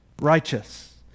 Righteous